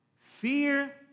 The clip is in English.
fear